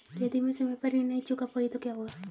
यदि मैं समय पर ऋण नहीं चुका पाई तो क्या होगा?